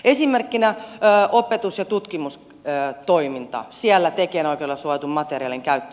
esimerkkinä opetus ja tutkimustoiminta siellä tekijänoikeudella suojatun materiaalin käyttö